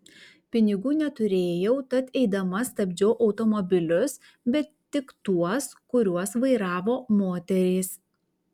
pinigų neturėjau tad eidama stabdžiau automobilius bet tik tuos kuriuos vairavo moterys